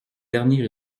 derniers